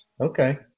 Okay